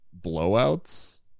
blowouts